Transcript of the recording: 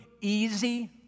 easy